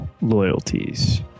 loyalties